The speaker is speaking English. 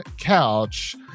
couch